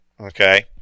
Okay